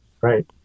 Right